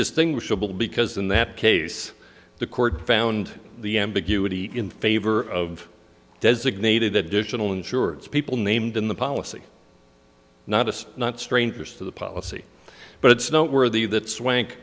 distinguishable because in that case the court found the ambiguity in favor of designated that additional insurance people named in the policy not as not strangers to the policy but it's noteworthy that swank